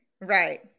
Right